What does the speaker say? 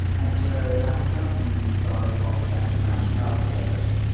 and so as a company, we started off as a managed cloud service.